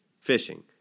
Fishing